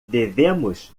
devemos